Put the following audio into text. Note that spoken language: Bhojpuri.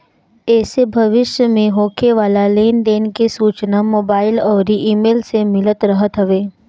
एसे भविष्य में होखे वाला लेन देन के सूचना मोबाईल अउरी इमेल से मिलत रहत हवे